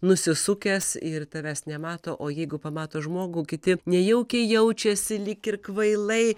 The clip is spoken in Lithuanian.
nusisukęs ir tavęs nemato o jeigu pamato žmogų kiti nejaukiai jaučiasi lyg ir kvailai